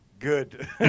good